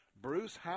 Bruce